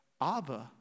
Abba